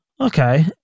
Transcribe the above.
Okay